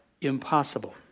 impossible